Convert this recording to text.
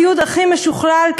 הציוד הכי משוכלל,